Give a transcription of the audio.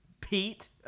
Pete